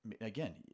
again